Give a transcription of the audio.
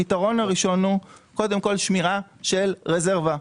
הפתרון הראשון קודם כול, שמירה על רזרבה.